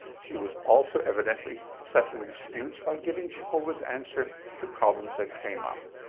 she was also evidently settling disputes by giving jehovah's answer to problems that came up.